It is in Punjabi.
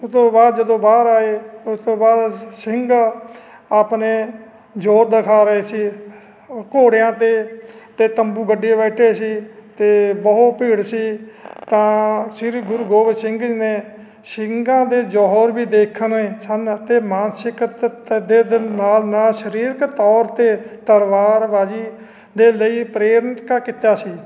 ਉਹ ਤੋਂ ਬਾਅਦ ਜਦੋਂ ਬਾਹਰ ਆਏ ਉਸ ਤੋਂ ਬਾਅਦ ਸਿੰਘ ਆਪਣੇ ਜੌਹਰ ਦਿਖਾ ਰਹੇ ਸੀ ਘੋੜਿਆਂ 'ਤੇ ਅਤੇ ਤੰਬੂ ਗੱਡੀ ਬੈਠੇ ਸੀ ਅਤੇ ਬਹੁਤ ਭੀੜ ਸੀ ਤਾਂ ਸ਼੍ਰੀ ਗੁਰੂ ਗੋਬਿੰਦ ਸਿੰਘ ਜੀ ਦੇ ਸਿੰਘਾਂ ਦੇ ਜੌਹਰ ਵੀ ਦੇਖਣੇ ਸਨ ਅਤੇ ਮਾਨਸਿਕ ਧ ਦੇ ਦੇ ਨਾਲ ਨਾਲ ਸਰੀਰਕ ਤੌਰ 'ਤੇ ਤਲਵਾਰਬਾਜੀ ਦੇ ਲਈ ਪ੍ਰੇਰਿਤ ਕਾ ਕੀਤਾ ਸੀ